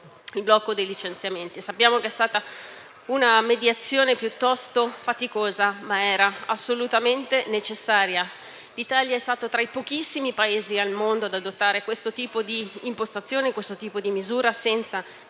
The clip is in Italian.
del blocco dei licenziamenti; sappiamo che è stata una mediazione piuttosto faticosa, che era però assolutamente necessaria. L'Italia è stata tra i pochissimi Paesi al mondo ad adottare questo tipo di impostazione e di misura, peraltro